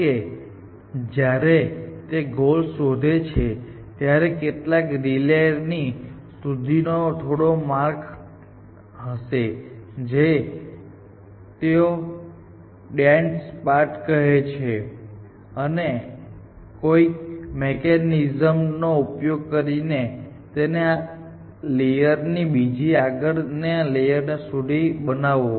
કોઈક તબક્કે જ્યારે તે ગોલ શોધે છે ત્યારે કેટલોક રિલે લેયર સુધી નો થોડો માર્ગ હશે જેને તેઓ ડેન્સ પાથ કહે છે અને તમે કોઈ મિકેનિઝમ નો ઉપયોગ કરીને તેને આ લેયર થી બીજા એમ આગળ ના લેયર સુધી બનાવો